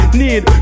need